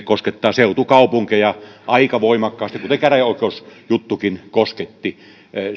koskettaa seutukaupunkeja aika voimakkaasti kuten käräjäoikeusjuttukin kosketti